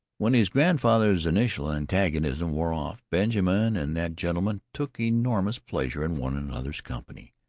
when his grandfather's initial antagonism wore off, benjamin and that gentleman took enormous pleasure in one another's company.